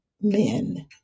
men